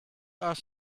are